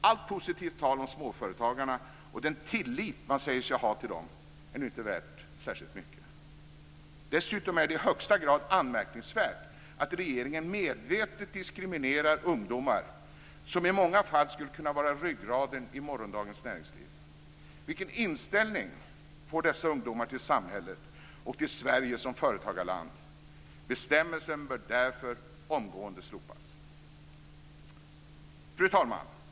Allt positivt tal om småföretagarna och den tillit man säger sig ha till dem är nu inte värt särskilt mycket. Dessutom är det i högsta grad anmärkningsvärt att regeringen medvetet diskriminerar ungdomar, som i många fall skulle kunna vara ryggraden i morgondagens näringsliv. Vilken inställning får dessa ungdomar till samhället och till Sverige som företagarland? Bestämmelsen bör därför omgående slopas. Fru talman!